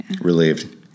Relieved